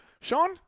Sean